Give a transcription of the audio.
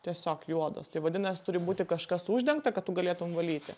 tiesiog juodos tai vadinas turi būti kažkas uždengta kad tu galėtum valyti